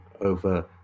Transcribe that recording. over